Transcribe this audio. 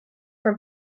from